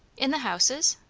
in the houses?